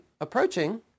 approaching